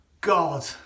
God